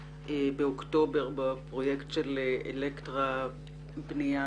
באוקטובר בפרויקט של אלקטרה בנייה